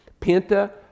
Penta